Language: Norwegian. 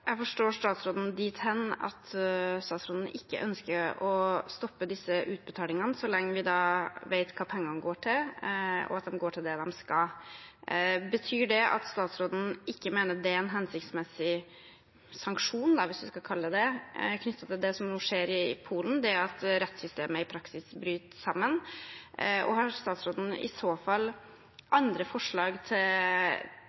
Jeg forstår statsråden dithen at statsråden ikke ønsker å stoppe disse utbetalingene så lenge vi vet hva pengene går til, og at de går til det de skal. Betyr det at statsråden ikke mener det er en hensiktsmessig sanksjon – hvis man skal kalle det det – knyttet til det som nå skjer i Polen, det at rettssystemet i praksis bryter sammen? Har statsråden i så fall